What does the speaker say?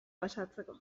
pasatzeko